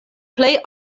plej